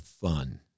fun